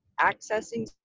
accessing